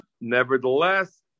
Nevertheless